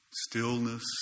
Stillness